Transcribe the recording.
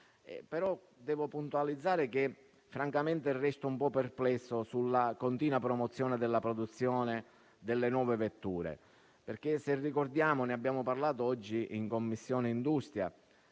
ma devo puntualizzare che resto un po' perplesso circa la continua promozione della produzione delle nuove vetture. Ricordiamo - ne abbiamo parlato oggi in Commissione industria,